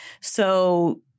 So-